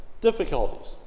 difficulties